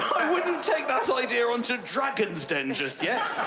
i wouldn't take that so idea onto dragons' den just yet.